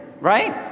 Right